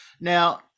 Now